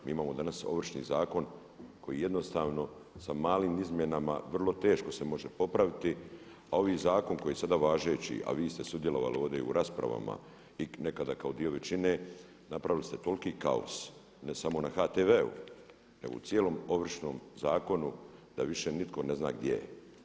Mi imamo danas Ovršni zakon koji jednostavno sa malim izmjenama vrlo teško se može popraviti, a ovi zakon koji je sada važeći a vi ste sudjelovali ovdje u raspravama i nekada kao dio većine napravili ste toliki kaos ne samo na HTV-u nego u cijelom Ovršnom zakonu da više nitko ne zna gdje je.